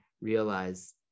realize